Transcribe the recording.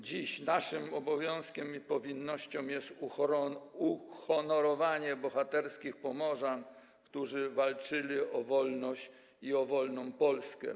Dziś naszym obowiązkiem i naszą powinnością jest uhonorowanie bohaterskich Pomorzan, którzy walczyli o wolność i o wolną Polskę.